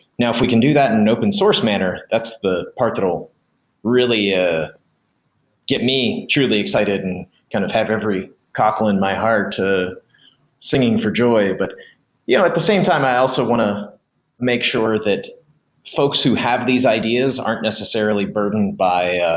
now if we can do that in an open source manner, that's the part that will really ah get me truly excited and kind of have every cockle in my heart singing for joy. but yeah at the same time, i also want to make sure that folks who have these ideas aren't necessarily burdened by